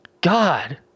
God